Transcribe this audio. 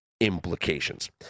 Implications